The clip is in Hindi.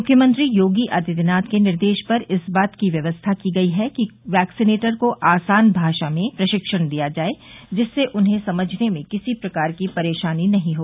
मुख्यमंत्री योगी आदित्यनाथ के निर्देश पर इस बात की व्यवस्था की गई है कि वैक्सीनेटर को आसान भाषा में प्रशिक्षण दिया जाये जिससे उन्हें समझने में किसी प्रकार की परेशानी न हो